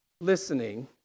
listening